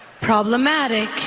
problematic